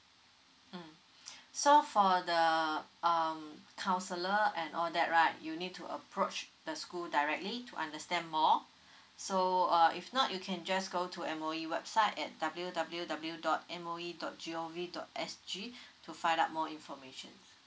mm so for the um counsellor and all that right you need to approach the school directly to understand more so uh if not you can just go to M_O_E website at W_W_W dot M_O_E dot G_O_V dot S_G to find out more information